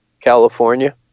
California